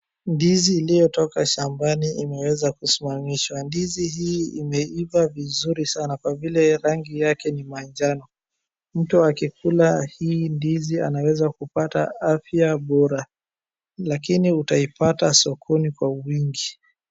Ndizi iliyotoka shambani imeweza kusimamishwa. Ndizi hii imeiva vizuri Sana kwa vile rangi yake ni majano. Mtu akikula hii ndizi anaweza kupata afya bora, lkn utaipata sokoni kwa wingi.